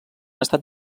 estat